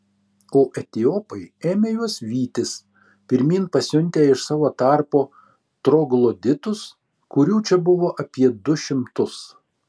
o etiopai ėmė juos vytis pirmyn pasiuntę iš savo tarpo trogloditus kurių čia buvo apie du šimtus